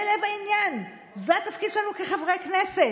זה לב העניין, זה התפקיד שלנו כחברי כנסת.